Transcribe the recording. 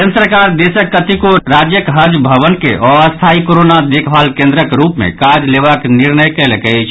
केन्द्र सरकार देशक कतेको राज्यक हज भवन के अस्थायी कोरोना देखभाल केन्द्रक रूप मे काज लेबाक निर्णय कयलक अछि